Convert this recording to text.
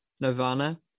Nirvana